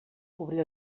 obrir